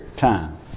time